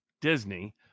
Disney